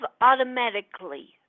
automatically